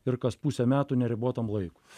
ir kas pusę metų neribotam laikui